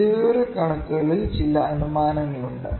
സ്ഥിതിവിവരക്കണക്കുകളിൽ ചില അനുമാനങ്ങളുണ്ട്